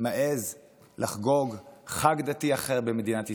מעז לחגוג חג דתי אחר במדינת ישראל.